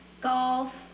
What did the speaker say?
golf